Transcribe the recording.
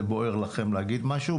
זה בוער לכם להגיד משהו.